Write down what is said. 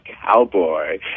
cowboy